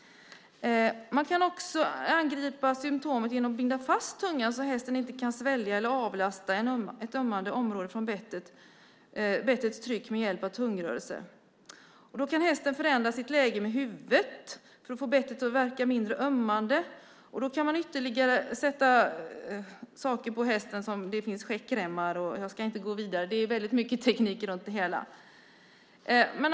Man kan också angripa symtomet genom att binda fast tungan så att hästen inte kan svälja eller avlasta ett ömmande område från bettets tryck med hjälp med en tungrörelse. Då kan hästen förändra sitt läge med huvudet för att få bettet att verka mindre ömmande. Man kan lägga ytterligare saker på hästen som käkremmar och annat. Det är väldigt mycket teknik runt det hela.